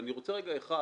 אני רוצה רגע אחד,